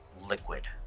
liquid